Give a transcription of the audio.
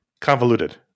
convoluted